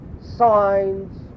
signs